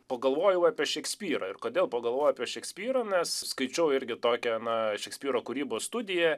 pagalvojau apie šekspyrą ir kodėl pagalvojau apie šekspyrą nes skaičiau irgi tokią na šekspyro kūrybos studiją